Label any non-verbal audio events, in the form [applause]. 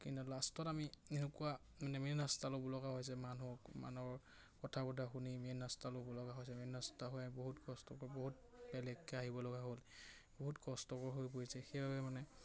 কিন্তু লাষ্টত আমি এনেকুৱা মানে মেইন ৰাস্তা ল'ব লগা হৈছে মানুহক [unintelligible] শুনি মেইন ৰাস্তা ল'ব লগা হৈছে মেইন ৰাস্তা [unintelligible] বহুত কষ্টকৰ বহুত বেলেগকে আহিব লগা হ'ল বহুত কষ্টকৰ হৈ পৰিছে সেইবাবে মানে